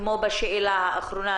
כמו בשאלה האחרונה,